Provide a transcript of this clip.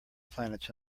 planets